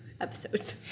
episodes